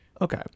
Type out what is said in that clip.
Okay